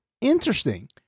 interesting